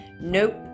Nope